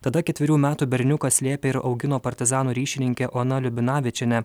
tada ketverių metų berniuką slėpė ir augino partizanų ryšininkė ona liubinavičienė